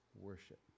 worship